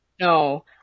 No